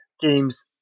games